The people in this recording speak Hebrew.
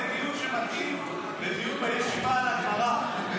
ווליד, זה דיון שמתאים לדיון בישיבה על הגמרא.